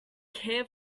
care